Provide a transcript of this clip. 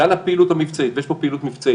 כלל הפעילות המבצעית ויש פה פעילות מבצעית,